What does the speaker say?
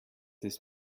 this